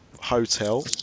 hotel